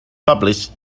published